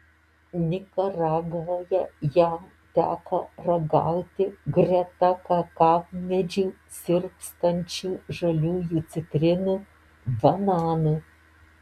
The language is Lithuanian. nikaragvoje jam teko ragauti greta kakavmedžių sirpstančių žaliųjų citrinų bananų